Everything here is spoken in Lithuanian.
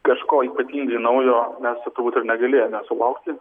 kažko ypatingai naujo mes turbūt ir negalėjome sulaukti